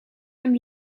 hem